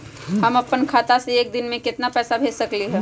हम अपना खाता से एक दिन में केतना पैसा भेज सकेली?